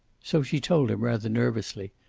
so she told him rather nervously,